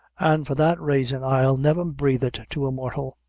an' for that raison i'll never breathe it to a mortal.